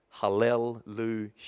Hallelujah